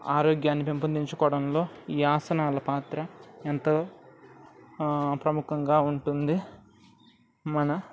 ఆరోగ్యాన్ని పెంపొందించుకోవడంలో ఈ ఆసనాల పాత్ర ఎంతో ప్రముఖంగా ఉంటుంది మన